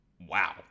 wow